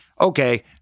okay